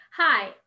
Hi